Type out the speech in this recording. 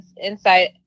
insight